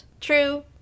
True